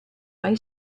mai